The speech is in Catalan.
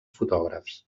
fotògrafs